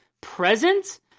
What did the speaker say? present